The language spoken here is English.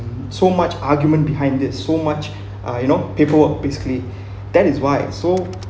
so much argument behind this so much uh you know paperwork basically that is why so